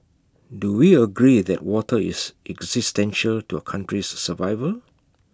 do we agree that water is existential to our country's survival